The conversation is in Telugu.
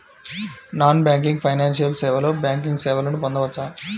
నాన్ బ్యాంకింగ్ ఫైనాన్షియల్ సేవలో బ్యాంకింగ్ సేవలను పొందవచ్చా?